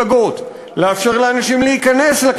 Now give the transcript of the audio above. לאפשר לאנשים להקים מפלגות,